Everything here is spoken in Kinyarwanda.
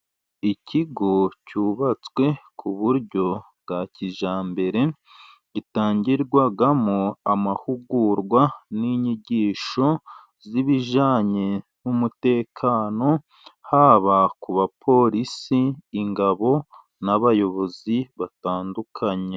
Ikigo cyubatswe ku buryo bwa kijyambere, gitangirwamo amahugurwa n'inyigisho z'ibijyanye n'umutekano, haba ku baporisi, ingabo n'abayobozi batandukanye.